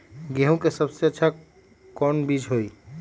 गेंहू के सबसे अच्छा कौन बीज होई?